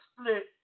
split